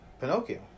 Pinocchio